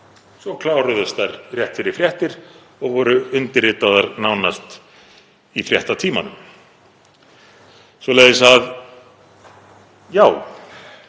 svo kláruðust þær rétt fyrir fréttir og voru undirritaðar nánast í fréttatímanum. Svoleiðis að já,